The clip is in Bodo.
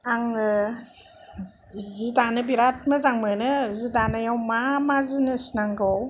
आङो जि दानो बेराद मोजां मोनो जि दानायाव मा मा जिनिस नांगौ